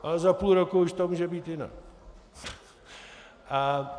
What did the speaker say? Ale za půl roku už to může být jinak.